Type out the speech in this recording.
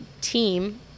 team